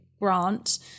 grant